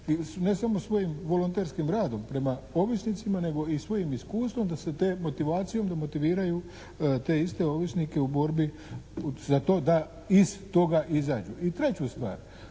ne samo svojim volonterskim radom prema ovisnicima nego i svojim iskustvom da se motivacijom motiviraju te iste ovisnike u borbi za to da iz toga izađu. I treću stvar,